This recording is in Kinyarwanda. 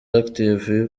active